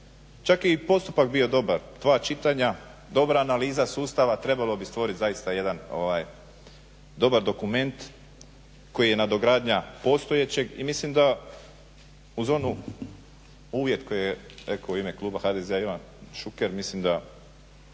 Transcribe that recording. Čak je i postupak bio dobar, dva čitanja, dobra analiza sustava. Trebalo bi stvorit zaista jedan dobar dokument koji je nadogradnja postojećeg i mislim da uz onu uvjet koji je u ime kluba HDZ-a Ivan Šuker, mislim da